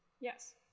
Yes